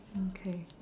okay